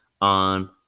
on